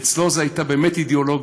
אצלו זו הייתה באמת אידיאולוגיה,